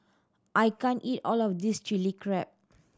I can't eat all of this Chilli Crab